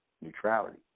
neutrality